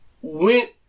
went